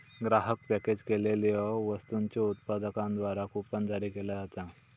ग्राहक पॅकेज केलेल्यो वस्तूंच्यो उत्पादकांद्वारा कूपन जारी केला जाता